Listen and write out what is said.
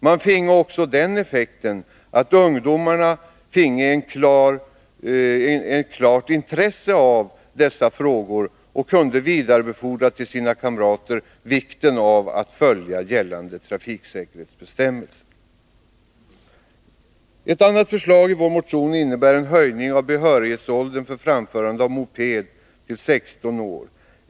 Det skulle också ha den effekten att ungdomarna finge ett klart intresse av dessa frågor och kunde vidarebefordra till sina kamrater vikten av att följa gällande trafiksäkerhetsbestämmelser. Ett annat förslag i vår motion innebär en höjning av behörighetsåldern för framförande av moped till 16 år.